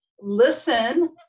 listen